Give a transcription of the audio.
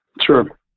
Sure